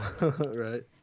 Right